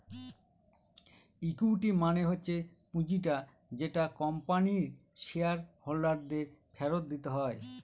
equity মানে হচ্ছে পুঁজিটা যেটা কোম্পানির শেয়ার হোল্ডার দের ফেরত দিতে হয়